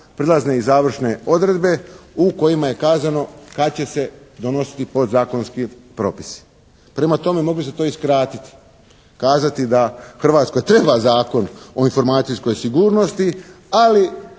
prijelazne i završne odredbe u kojima je kazano kad će se donositi podzakonski propisi. Prema tome, mogli ste to i skratiti, kazati da Hrvatskoj treba Zakon o informacijskoj sigurnosti, ali